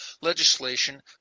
legislation